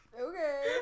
Okay